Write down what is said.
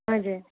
हजुर